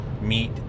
meet